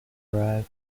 arrive